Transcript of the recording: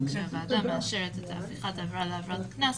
אבל כאשר הוועדה מאשרת את הפיכת העבירה לעבירת קנס,